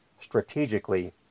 strategically